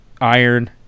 iron